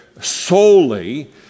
solely